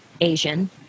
Asian